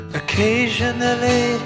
occasionally